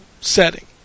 setting